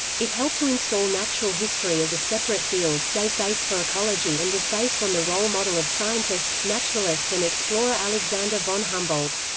it helped to install natural history as a separate field, gave base for ecology and was based on the role model of scientist, naturalist and explorer alexander von humboldt.